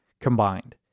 combined